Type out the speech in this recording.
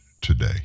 today